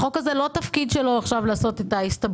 החוק הזה אין תפקידו לבדוק את ההסתברות.